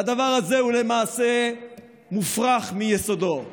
והדבר הזה הוא למעשה מופרך מיסודו.